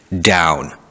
down